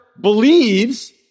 believes